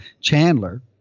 Chandler